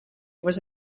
was